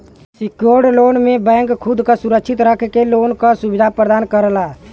secured loan में bank खुद क सुरक्षित रख के लोन क सुविधा प्रदान करला